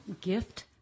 gift